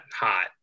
hot